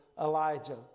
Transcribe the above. Elijah